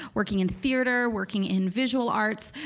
working in theater, working in visual arts,